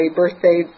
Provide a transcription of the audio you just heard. birthday